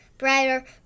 Brighter